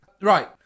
Right